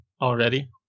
already